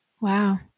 Wow